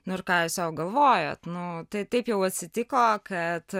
nu ir ką jūa sau galvojat nu tai taip jau atsitiko kad